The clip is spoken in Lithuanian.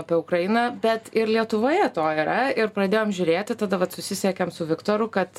apie ukrainą bet ir lietuvoje to yra ir pradėjom žiūrėti tada vat susisiekėm su viktoru kad